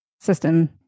system